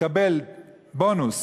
מקבל בונוס